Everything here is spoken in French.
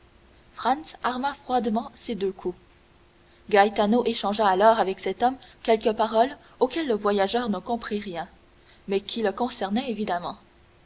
arma froidement ses deux coups gaetano échangea alors avec cet homme quelques paroles auxquelles le voyageur ne comprit rien mais qui le concernaient évidemment